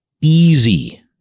easy